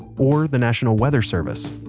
or the national weather service,